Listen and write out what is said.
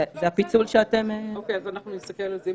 --- זה הפיצול שאתם --- אנחנו נסתכל על זה.